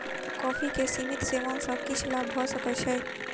coffee के सीमित सेवन सॅ किछ लाभ भ सकै छै